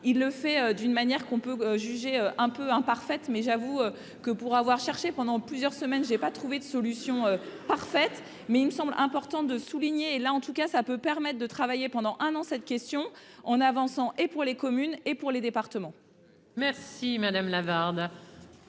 il le fait d'une manière qu'on peut juger un peu parfaite mais j'avoue que, pour avoir cherché pendant plusieurs semaines, j'ai pas trouvé de solution parfaite, mais il me semble important de souligner là en tout cas ça peut permettre de travailler pendant un an, cette question en avançant et pour les communes et pour les départements. Merci madame Lavarde